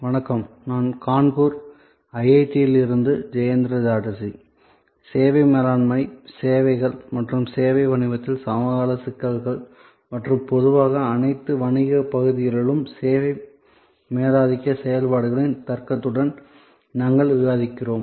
வணக்கம் நான் கான்பூர் ஐஐடியில் இருந்து ஜெயந்த சாட்டர்ஜி சேவை மேலாண்மை சேவைகள் மற்றும் சேவை வணிகத்தில் சமகால சிக்கல்கள் மற்றும் பொதுவாக அனைத்து வணிகப் பகுதிகளிலும் சேவை மேலாதிக்க செயல்பாடுகளின் தர்க்கத்துடன் நாங்கள் விவாதிக்கிறோம்